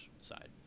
side